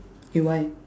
okay why